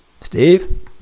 Steve